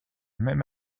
même